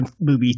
movie